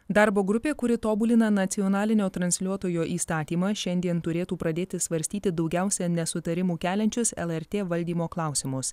darbo grupė kuri tobulina nacionalinio transliuotojo įstatymą šiandien turėtų pradėti svarstyti daugiausia nesutarimų keliančius lrt valdymo klausimus